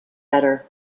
better